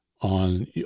on